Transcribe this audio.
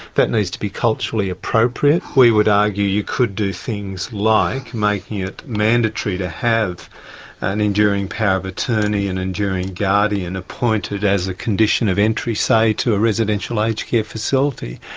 that needs to be culturally appropriate. we would argue you could do things like making it mandatory to have an enduring power of attorney, an enduring guardian appointed as a condition of entry, say, to a residential aged care facility.